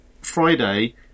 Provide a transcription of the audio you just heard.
Friday